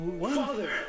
Father